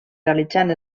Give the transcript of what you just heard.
realitzant